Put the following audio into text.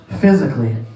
physically